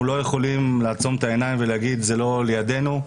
לא יכולים לעצום את העיניים ולהגיד שזה לא לידנו,